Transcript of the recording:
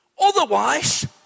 Otherwise